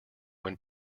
when